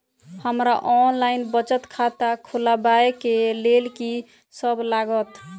हमरा ऑनलाइन बचत खाता खोलाबै केँ लेल की सब लागत?